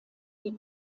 die